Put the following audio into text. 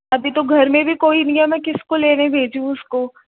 अभी तो घर में भी कोई नहीं है मैं किस को लेने भेज उसको